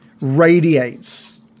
radiates